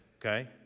okay